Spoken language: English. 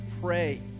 pray